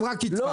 תגדי,